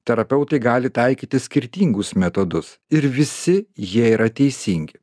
terapeutai gali taikyti skirtingus metodus ir visi jie yra teisingi